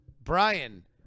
Brian